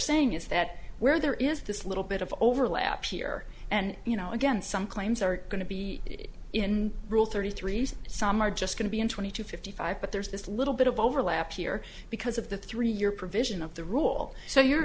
saying is that where there is this little bit of overlap here and you know again some claims are going to be in rule thirty three's some are just going to be in twenty to fifty but there's this little bit of overlap here because of the three year provision of the rule so you're